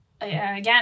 again